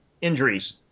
injuries